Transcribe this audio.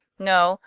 no,